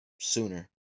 sooner